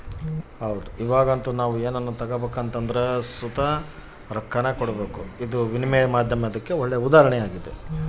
ಇವಾಗಂತೂ ನಾವು ಏನನ ತಗಬೇಕೆಂದರು ಸುತ ರೊಕ್ಕಾನ ಕೊಡಬಕು, ಇದು ವಿನಿಮಯದ ಮಾಧ್ಯಮುಕ್ಕ ಉದಾಹರಣೆ